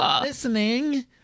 Listening